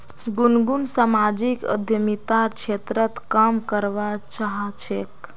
गुनगुन सामाजिक उद्यमितार क्षेत्रत काम करवा चाह छेक